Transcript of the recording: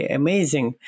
amazing